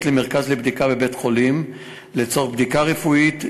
למרכז לבדיקה בבית-חולים לצורך בדיקה רפואית,